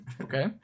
Okay